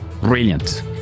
Brilliant